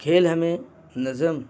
کھیل ہمیں نظم